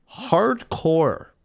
hardcore